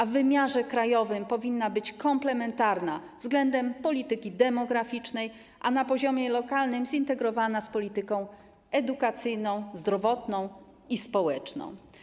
W wymiarze krajowym powinna być komplementarna względem polityki demograficznej, a na poziomie lokalnym - zintegrowana z polityką edukacyjną, zdrowotną i społeczną.